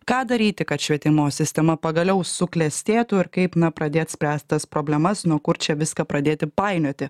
ką daryti kad švietimo sistema pagaliau suklestėtų ir kaip na pradėt spręst tas problemas nuo kur čia viską pradėti painioti